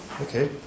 Okay